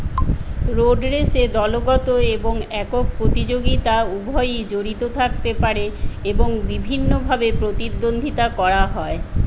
road রেসে দলগত এবং একক প্রতিযোগিতা উভয়ই জড়িত থাকতে পারে এবং বিভিন্ন ভাবে প্রতিদ্বন্দ্বিতা করা হয়